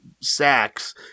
sacks